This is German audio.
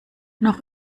noch